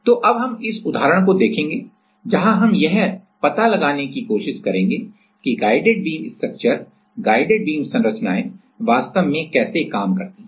तो अब हम इस उदाहरण को देखेंगे जहां हम यह पता लगाने की कोशिश करेंगे कि guided beam structure guided beam संरचनाएं वास्तव में कैसे काम करती हैं